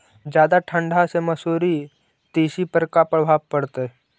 जादा ठंडा से मसुरी, तिसी पर का परभाव पड़तै?